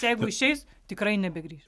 jeigu išeis tikrai nebegrįš